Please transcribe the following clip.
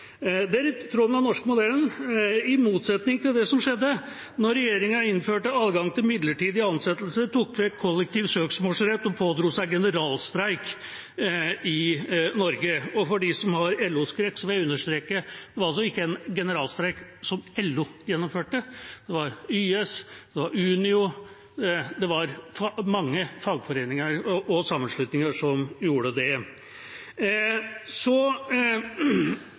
Det er i tråd med den norske modellen, i motsetning til det som skjedde da regjeringa innførte adgang til midlertidige ansettelser, tok vekk kollektiv søksmålsrett og pådro seg generalstreik i Norge. Og til dem som har LO-skrekk, vil jeg understreke at det altså ikke var en generalstreik som LO gjennomførte; det var YS, det var Unio, det var mange fagforeninger og sammenslutninger som gjorde det. Så